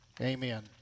Amen